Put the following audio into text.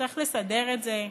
צריך לסדר את זה,